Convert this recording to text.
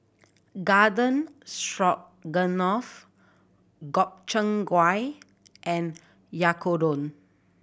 Garden Stroganoff Gobchang Gui and Oyakodon